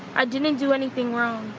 i didn't didn't do anything wrong.